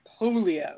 polio